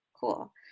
Cool